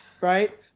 right